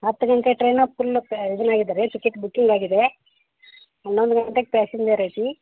ಹತ್ತು ಗಂಟೆ train full ಪ್ಯ ಇದನ್ನು ಆಗಿದೇರಿ ಟಿಕೆಟ್ ಬುಕಿಂಗ್ ಆಗಿದೆ ಹನ್ನೊಂದು ಗಂಟೆಗೆ ಪ್ಯಾಸೆಂಜರ್ ಐತಿ